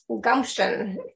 gumption